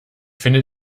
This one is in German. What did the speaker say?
finde